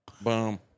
Boom